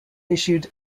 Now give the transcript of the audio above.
issued